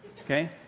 okay